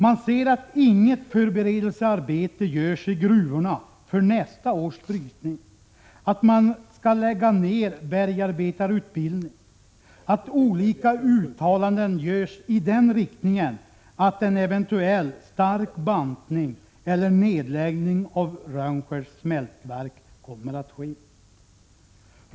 De ser att inget förberedelsearbete görs i gruvorna för nästa års brytning, att bergsarbetarutbildningen skall läggas ned och att det görs olika uttalanden i den riktningen att en kraftig bantning eller nedläggning av Rönnskärs smältverk kommer att ske.